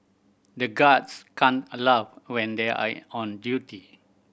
the guards can't a laugh when they are on duty